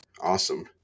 Awesome